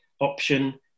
option